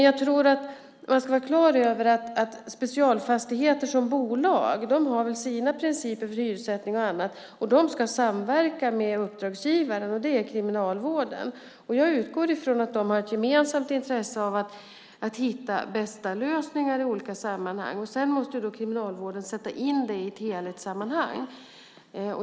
Jag tror att man ska vara klar över att Specialfastigheter som bolag har sina principer för hyressättning och annat, och de ska samverka med uppdragsgivaren, som är Kriminalvården. Jag utgår från att de har ett gemensamt intresse av att hitta de bästa lösningarna, och sedan måste Kriminalvården sätta in det i ett helhetssammanhang.